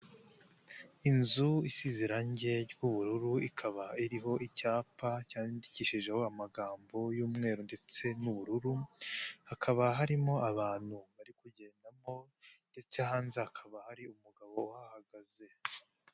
Inzu isize irangi ry'ubururu, ikaba iriho icyapa cyandikishijeho amagambo y'umweru ndetse n'ubururu, hakaba harimo abantu bari kugendamo, ndetse hanze hakaba hari umugabo uhagaze.